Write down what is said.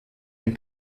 ein